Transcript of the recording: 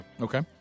Okay